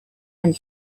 and